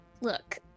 look